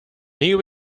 new